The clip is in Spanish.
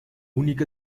única